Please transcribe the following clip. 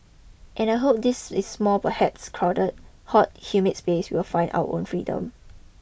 and I hope this is small perhaps crowded hot humid space we will find our freedom